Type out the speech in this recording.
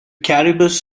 caribous